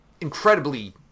incredibly